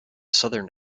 southern